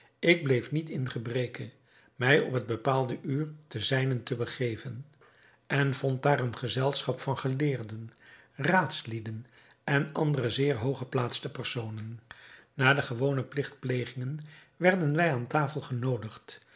ik bleef niet in gebreke mij op het bepaalde uur ten zijnent te begeven en vond daar een gezelschap van geleerden raadslieden en andere zeer hooggeplaatste personen na de gewone pligtplegingen werden wij aan tafel genoodigd